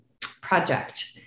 project